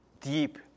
deep